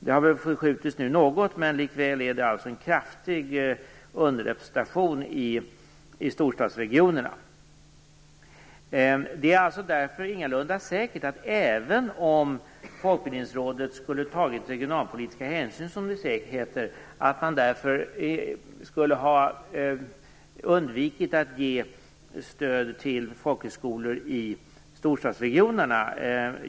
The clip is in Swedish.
Nu har det förskjutits något, men likväl är det en kraftig underrepresentation i storstadsregionerna. Därför är det ingalunda säkert att man skulle ha undvikit att ge stöd till folkhögskolor i storstadsregionerna även om Folkbildningsrådet skulle ha tagit regionalpolitiska hänsyn, som det heter.